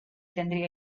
tendría